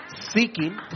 seeking